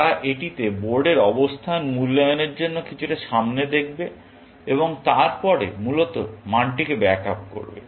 তারা এটিতে বোর্ডের অবস্থান মূল্যায়নের জন্য কিছুটা সামনে দেখবে এবং তারপরে মূলত মানটিকে ব্যাক আপ করবে